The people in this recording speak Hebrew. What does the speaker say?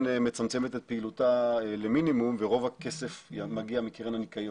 מצמצמת את פעילותה ממינימום ורוב הכסף מגיע מקרן הניקיון,